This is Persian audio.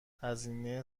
هزینه